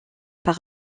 par